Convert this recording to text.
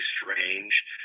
strange